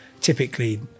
typically